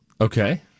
Okay